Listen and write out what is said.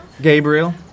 Gabriel